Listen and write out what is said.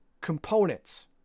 components